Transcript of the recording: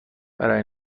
برای